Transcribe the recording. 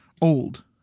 Old